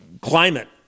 climate